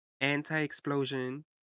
anti-explosion